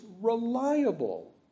reliable